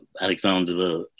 Alexander